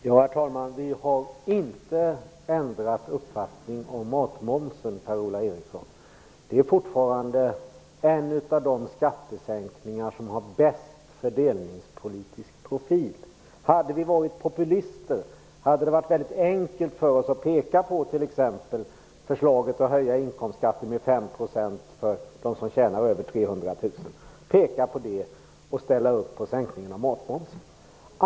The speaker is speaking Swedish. Herr talman! Vi har inte ändrat uppfattning om matmomsen, Per-Ola Eriksson. Det är fortfarande en av de skattesänkningar som har bäst fördelningspolitisk profil. Hade vi varit populister hade det varit enkelt för oss att peka på t.ex. förslaget att höja inkomstskatten med 5 % för dem som tjänar över 300 000 kr och ställa upp på sänkningen av matmomsen.